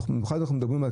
במיוחד אם אנחנו מדברים על